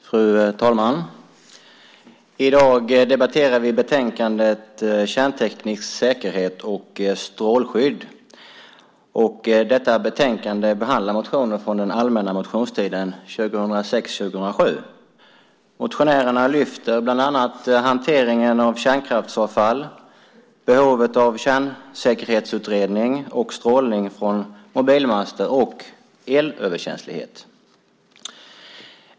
Fru talman! I dag debatterar vi betänkandet Kärnteknisk säkerhet och strålskydd. Detta betänkande behandlar motioner från den allmänna motionstiden 2006/07. Motionärerna lyfter fram bland annat hanteringen av kärnkraftsavfall, behovet av kärnsäkerhetsutredning, strålning från mobilmaster och elöverkänslighet.